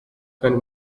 akandi